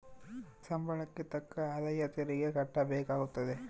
ಸಂಬಳಕ್ಕೆ ತಕ್ಕ ಆದಾಯ ತೆರಿಗೆ ಕಟ್ಟಬೇಕಾಗುತ್ತದೆ